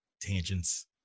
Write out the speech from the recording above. Tangents